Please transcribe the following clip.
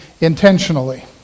intentionally